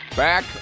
Back